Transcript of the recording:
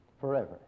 forever